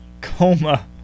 Coma